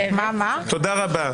תודה רבה.